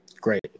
Great